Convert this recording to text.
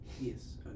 yes